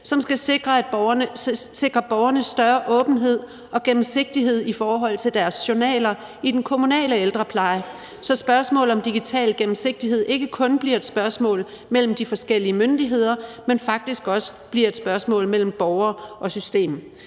som skal sikre borgerne større åbenhed og gennemsigtighed i forhold til deres journaler i den kommunale ældrepleje, så spørgsmålet om digital gennemsigtighed ikke kun bliver et spørgsmål om forholdet mellem de forskellige myndigheder, men faktisk også om forholdet mellem borgere og system.